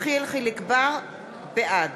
בעד